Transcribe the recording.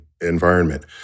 Environment